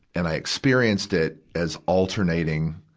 and i experienced it as alternating,